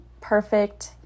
perfect